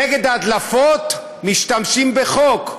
נגד הדלפות משתמשים בחוק.